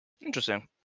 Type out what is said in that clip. Interesting